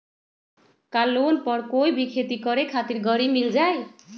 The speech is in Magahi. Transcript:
का लोन पर कोई भी खेती करें खातिर गरी मिल जाइ?